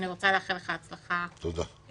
אני רוצה לאחל לך הצלחה בתפקיד.